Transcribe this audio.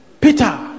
peter